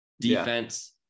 Defense